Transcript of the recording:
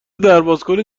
دربازکن